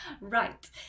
right